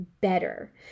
better